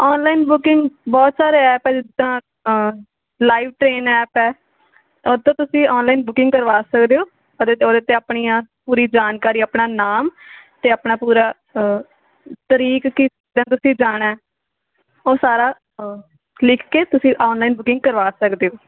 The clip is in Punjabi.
ਔਨਲਾਈਨ ਬੁਕਿੰਗ ਬਹੁਤ ਸਾਰੇ ਐਪ ਹੈ ਜਿੱਦਾਂ ਲਾਈਵ ਟ੍ਰੇਨ ਐਪ ਹੈ ਉਹ ਤੋਂ ਤੁਸੀਂ ਔਨਲਾਈਨ ਬੁਕਿੰਗ ਕਰਵਾ ਸਕਦੇ ਹੋ ਉਹਦੇ 'ਤੇ ਉਹਦੇ 'ਤੇ ਆਪਣੀਆਂ ਪੂਰੀ ਜਾਣਕਾਰੀ ਆਪਣਾ ਨਾਮ ਅਤੇ ਆਪਣਾ ਪੂਰਾ ਤਰੀਕ ਤੁਸੀਂ ਜਾਣਾ ਉਹ ਸਾਰਾ ਲਿਖ ਕੇ ਤੁਸੀਂ ਔਨਲਾਈਨ ਬੁਕਿੰਗ ਕਰਵਾ ਸਕਦੇ ਹੋ